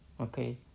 okay